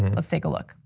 let's take a look.